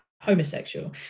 homosexual